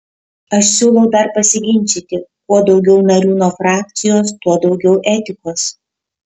aš siūlau dar pasiginčyti kuo daugiau narių nuo frakcijos tuo daugiau etikos